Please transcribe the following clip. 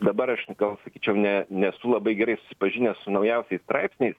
dabar aš gal sakyčiau ne nesu labai gerai susipažinęs su naujausiais straipsniais